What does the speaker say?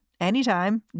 anytime